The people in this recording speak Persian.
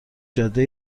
جاده